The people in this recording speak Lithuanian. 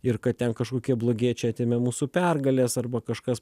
ir kad ten kažkokie blogiečiai atėmė mūsų pergales arba kažkas